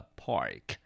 park